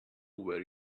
where